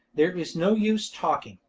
there is no use talking,